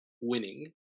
winning